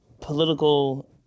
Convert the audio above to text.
political